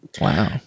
Wow